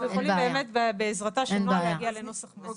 יכולים באמת בעזרתה של נעה להגיע לנוסח מוסכם.